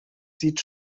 sieht